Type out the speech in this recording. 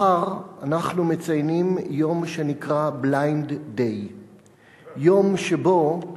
מחר אנחנו מציינים יום שנקרא: Blind Day. יום שבו,